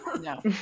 No